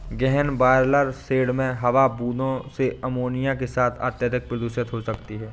गहन broiler shed में हवा बूंदों से अमोनिया के साथ अत्यधिक प्रदूषित हो सकती है